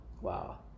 wow